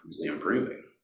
improving